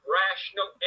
rational